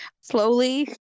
slowly